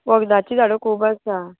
वखदाची झाडां खूब आसा